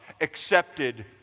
accepted